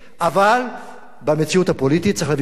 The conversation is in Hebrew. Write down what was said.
אבל במציאות הפוליטית צריך להביא פתרונות,